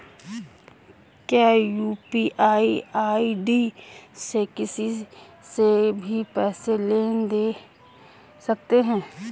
क्या UPI ID से किसी से भी पैसे ले दे सकते हैं?